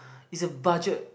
is a budget